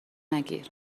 نگیر